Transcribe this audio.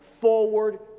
forward